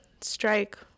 strike